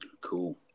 Cool